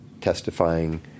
testifying